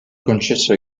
concesso